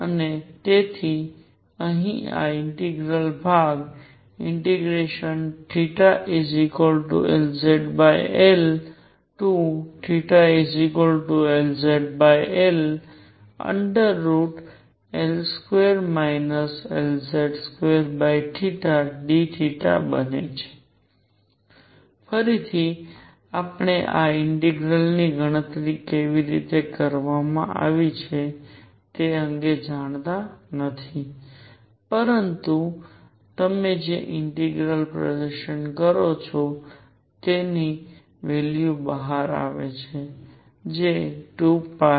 અને તેથી અહીંથી આ ઇન્ટિગ્રલ ભાગ L2 Lz2 dθ બને છે ફરીથી આપણે આ ઇન્ટિગ્રલની ગણતરી કેવી રીતે કરવામાં આવે છે તે અંગે જોઈ રહ્યા નથી પરંતુ તમે જે ઇન્ટિગ્રલ પ્રદર્શન કરો છો તે પછી વેલ્યુ બહાર આવે છે 2L |Lz|